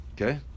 Okay